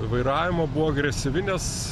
vairavimo buvo agresyvi nes